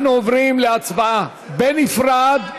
אנחנו עוברים להצבעה בנפרד,